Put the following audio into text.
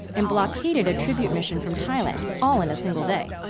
and blockaded a tribute mission from thailand all in a single day.